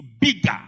bigger